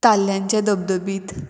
ताल्ल्यांचे धबधबीत